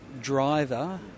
driver